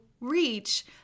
reach